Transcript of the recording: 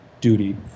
duty